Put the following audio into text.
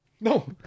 no